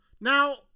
Now